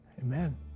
Amen